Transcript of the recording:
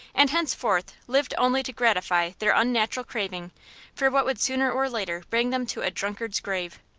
and henceforth lived only to gratify their unnatural craving for what would sooner or later bring them to a drunkard's grave.